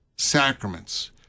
Sacraments